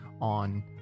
on